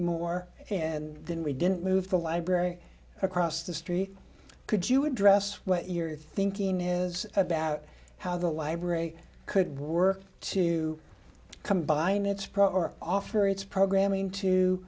more and then we didn't move the library across the street could you address what your thinking is about how the library could work to combine its pro or offer its programming to